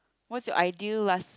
what's your ideal last